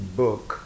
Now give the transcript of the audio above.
book